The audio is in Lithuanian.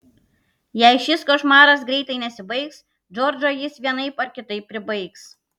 jei šis košmaras greitai nesibaigs džordžą jis vienaip ar kitaip pribaigs